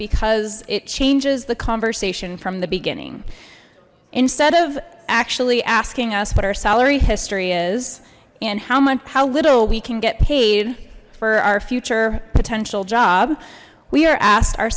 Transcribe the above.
because it changes the conversation from the begin instead of actually asking us what our salary history is and how much how little we can get paid for our future potential job we are asked our